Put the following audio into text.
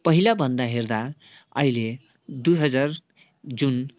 पहिलाभन्दा हेर्दा अहिले दुई हजार जुन